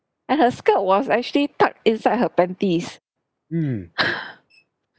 and her skirt was actually tucked inside her panties